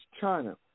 China